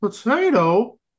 Potato